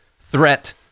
threat